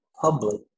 public